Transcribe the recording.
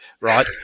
right